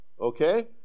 Okay